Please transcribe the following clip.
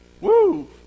Woo